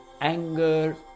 anger